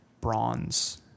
bronze